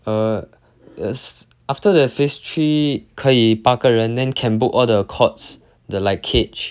uh af~ after the phase three 可以八个人 then can book all the courts the like cage